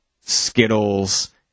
Skittles